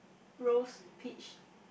rose peach